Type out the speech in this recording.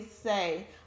say